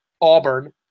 Auburn